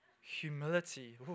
humility